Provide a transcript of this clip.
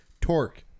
Torque